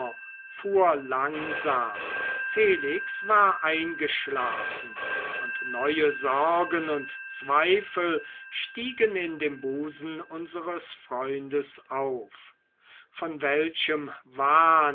fuhr langsam felix war eingeschlafen und neue sorgen und zweifel stiegen in dem busen unseres freundes auf von welchem wahn